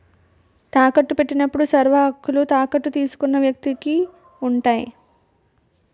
తాకట్టు పెట్టినప్పుడు సర్వహక్కులు తాకట్టు తీసుకున్న వ్యక్తికి ఉంటాయి